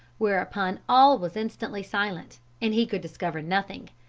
whereupon all was instantly silent, and he could discover nothing.